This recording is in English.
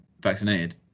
vaccinated